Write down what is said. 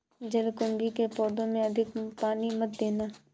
जलकुंभी के पौधों में अधिक पानी मत देना